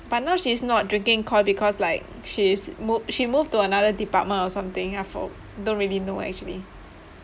but now she's not drinking koi because like she's mo~ she moved to another department or something I for~ don't really know actually